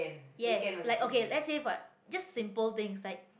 yes like okay let's say for just simple things like